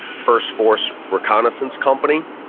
first force reconnaissance company.